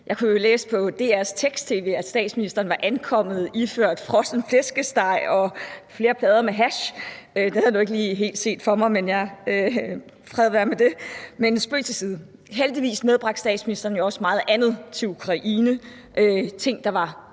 Jeg kunne jo læse på DR's tekst-tv, at statsministeren var ankommet iført frossen flæskesteg og flere plader med hash. Det havde jeg nu ikke lige helt set for mig, men fred være med det; spøg til side. Heldigvis medbragte statsministeren jo også meget andet til Ukraine – ting, der var